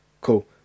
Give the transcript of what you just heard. Cool